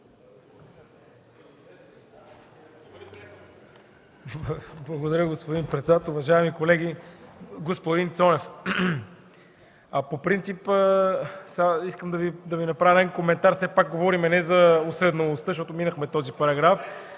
Благодаря, господин председател. Уважаеми колеги! Господин Цонев, по принцип искам да направя един коментар – все пак говорим не за уседналостта, защото минахме този параграф,